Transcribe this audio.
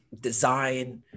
design